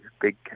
big